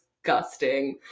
disgusting